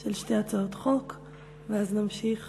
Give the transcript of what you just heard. על שתי הצעות חוק, ואז נמשיך